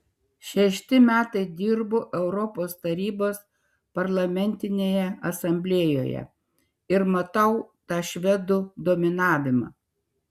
šešti metai dirbu europos tarybos parlamentinėje asamblėjoje ir matau tą švedų dominavimą